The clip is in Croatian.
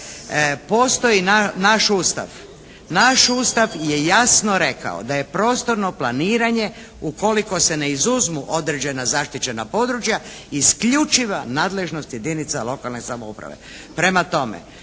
Postoji naš Ustav. Naš Ustav je jasno rekao, da je prostorno planiranje ukoliko se ne izuzmu određena zaštićena područja isključiva nadležnost jedinica lokalne samouprave.